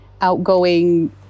outgoing